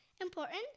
important